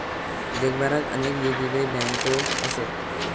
जगभरात अनेक येगयेगळे बँको असत